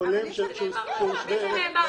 הולם שהוא שווה ערך --- מי